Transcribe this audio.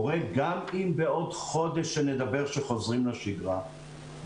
גם אם בעוד חודש ידובר על חזרה לשגרה.